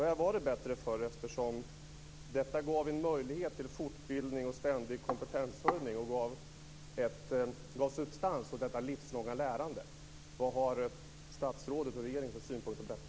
Det var bättre förr, eftersom detta gav en möjlighet till fortbildning och ständig kompetenshöjning och gav substans åt det livslånga lärandet. Vad har statsrådet och regeringen för synpunkter på detta?